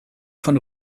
von